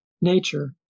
nature